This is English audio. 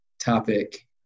topic